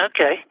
Okay